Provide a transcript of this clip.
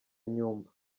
inyumba